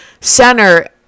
center